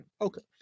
Okay